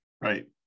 right